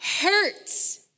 hurts